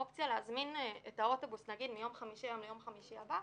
האופציה להזמין את האוטובוס מיום חמישי ליום חמישי הבא,